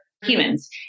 humans